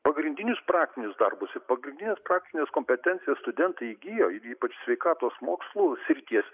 pagrindinius praktinius darbus ir pagrindines praktines kompetencijas studentai įgijo ypač sveikatos mokslų srities